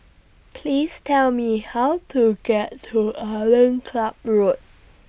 Please Tell Me How to get to Island Club Road